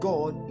God